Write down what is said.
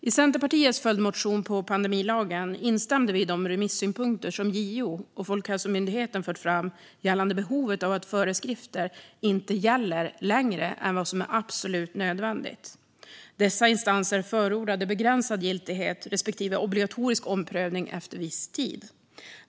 I Centerpartiets följdmotion rörande pandemilagen instämde vi i de remissynpunkter som JO och Folkhälsomyndigheten fört fram gällande behovet av att föreskrifter inte gäller längre än vad som är absolut nödvändigt. Dessa instanser förordade begränsad giltighet respektive obligatorisk omprövning efter viss tid.